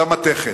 גם מתכת,